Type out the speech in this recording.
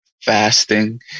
fasting